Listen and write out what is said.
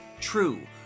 True